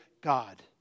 God